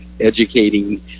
educating